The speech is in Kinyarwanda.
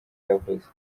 yavuze